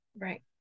Right